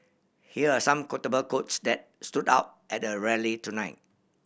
here are some quotable quotes that stood out at the rally tonight